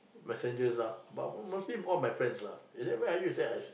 messages lah but but mostly all my friends lah they say where are you I say